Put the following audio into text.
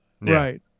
Right